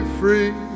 free